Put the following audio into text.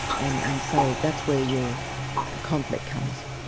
and and so that's where your conflict comes.